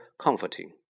comforting